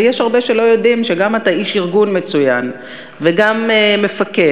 הרבה לא יודעים שאתה גם איש ארגון מצוין וגם מפקד,